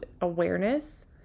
awareness